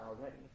already